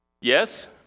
Yes